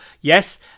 yes